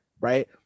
right